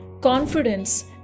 confidence